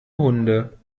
hunde